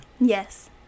Yes